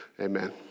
Amen